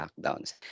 lockdowns